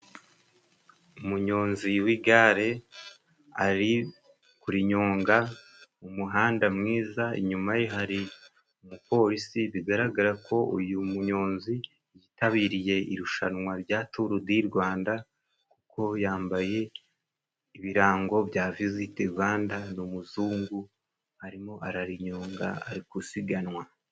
Umunyonzi w'igare, ari kurinyonga umuhanda mwiza, inyuma ye hari umupolisi. Bigaragara ko uyu munyonzi yitabiriye irushanwa rya Turudirwanda, kuko yambaye ibirango bya 'Visitirwanda', n'umuzungu arimo ararinyonga, ari gusiganwa.